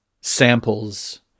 samples